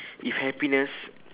if happiness